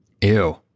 Ew